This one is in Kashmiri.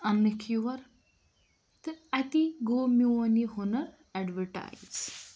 اَننٕکھ یور تہٕ اَتی گوٚو میوٗن یہِ ہُنر ایٚڈوٲرٹایِز